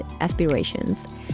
aspirations